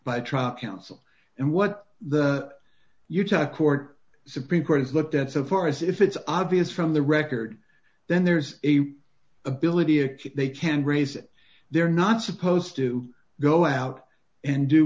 counsel and what the utah court supreme court has looked at so far as if it's obvious from the record then there's a ability a kick they can raise it they're not supposed to go out and do